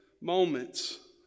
moments